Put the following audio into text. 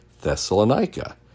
Thessalonica